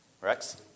Rex